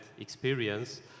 experience